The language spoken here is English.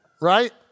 right